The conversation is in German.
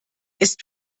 ist